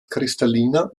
kristalliner